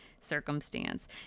circumstance